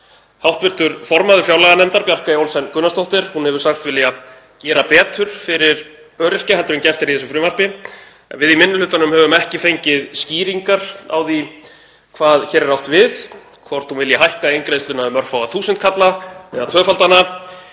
Hv. formaður fjárlaganefndar, Bjarkey Olsen Gunnarsdóttir, hefur sagst vilja gera betur við öryrkja en gert er í þessu frumvarpi. En við í minni hlutanum höfum ekki fengið skýringar á því hvað hér er átt við, hvort hún vilji hækka eingreiðsluna um örfáa þúsundkalla eða tvöfalda